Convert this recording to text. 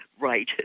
right